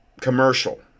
commercial